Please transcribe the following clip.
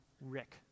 Rick